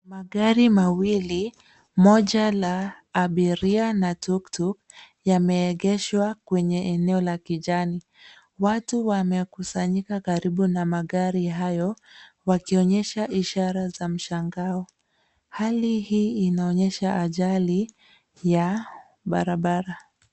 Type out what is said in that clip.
Magari mawili, moja la abiria na tuktuk yameegeshwa kwenye eneo la kijani. Watu wamekusanyika karibu na magari hayo wakionyesha ishara za mshangao. Hali hii inaonyesha ajali ya barabara.